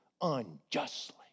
unjustly